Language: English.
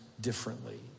differently